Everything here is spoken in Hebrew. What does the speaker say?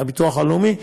הביטוח הלאומי,